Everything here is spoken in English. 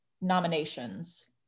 nominations